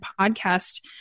podcast